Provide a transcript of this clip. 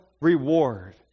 reward